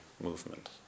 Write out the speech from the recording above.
movement